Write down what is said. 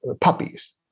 puppies